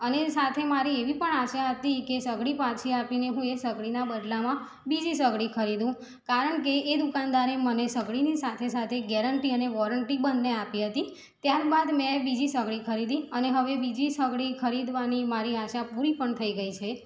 અને એ સાથે મારી એવી પણ આશા હતી કે સગડી પાછી આપીને હું એ સગડીના બદલામાં બીજી સગડી ખરીદું કારણ કે એ દુકાનદારે મને સગડીની સાથે સાથે ગેરંટી અને વોરંટી બંને આપી હતી ત્યારબાદ મેં બીજી સગડી ખરીદી અને હવે બીજી સગડી ખરીદવાની મારી આશા પૂરી પણ થઈ ગઈ છે